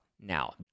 now